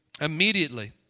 immediately